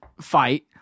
fight